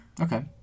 Okay